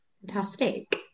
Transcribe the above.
fantastic